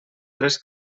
tres